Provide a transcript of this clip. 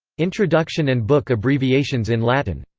introduction and book abbreviations in latin.